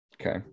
Okay